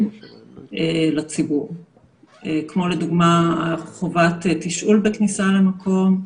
לציבור כמו חובת תשאול בכניסה למקום,